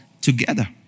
together